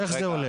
איך זה הולך?